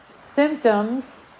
symptoms